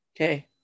Okay